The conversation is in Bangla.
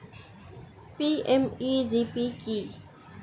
পি.এম.ই.জি.পি কি?